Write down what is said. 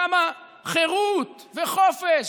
כמה חירות וחופש,